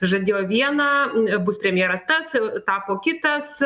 žadėjo viena bus premjeras tas tapo kitas